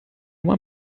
uma